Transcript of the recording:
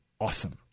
awesome